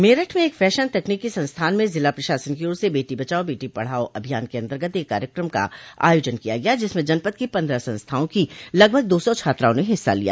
मेरठ में एक फैशन तकनीकि संस्थान में जिला प्रशासन की ओर से बेटी बचाओ बेटी पढ़ाओ अभियान के अन्तर्गत एक कार्यक्रम का आयोजन किया गया जिसमें जनपद की पन्द्रह संस्थाओं की लगभग दो सौ छात्राओं ने हिस्सा लिया